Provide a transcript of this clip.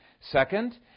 Second